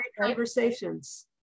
conversations